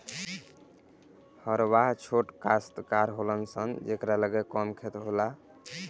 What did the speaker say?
हरवाह छोट कास्तकार होलन सन जेकरा लगे कम खेत होला